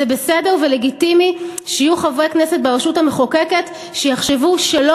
זה בסדר ולגיטימי שיהיו חברי כנסת ברשות המחוקקת שיחשבו שלא